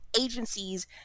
agencies